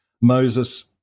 moses